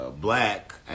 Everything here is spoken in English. black